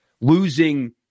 losing